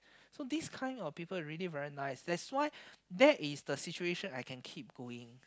so this kind of people really very nice that's why that is the situation I can keep going